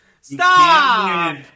Stop